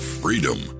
freedom